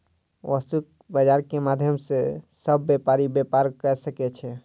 वस्तु बजार के माध्यम सॅ सभ व्यापारी व्यापार कय सकै छै